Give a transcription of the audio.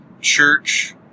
church